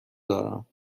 دارم